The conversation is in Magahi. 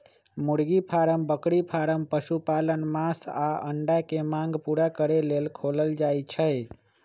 मुर्गी फारम बकरी फारम पशुपालन मास आऽ अंडा के मांग पुरा करे लेल खोलल जाइ छइ